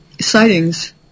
sightings